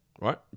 right